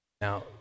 Now